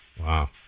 wow